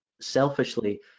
selfishly